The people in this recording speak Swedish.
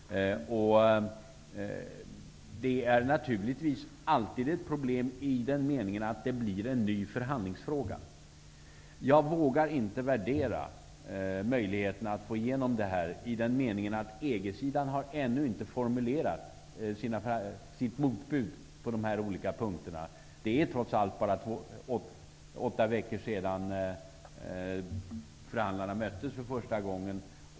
Det är naturligtvis alltid ett problem i den meningen att det blir en ny förhandlingsfråga. Jag vågar inte värdera möjligheten att få igenom detta, eftersom EG-sidan ännu inte har formulerat sitt motbud på de olika punkterna. Det är trots allt bara åtta veckor sedan förhandlarna för första gången möttes.